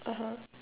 (uh huh)